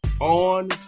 on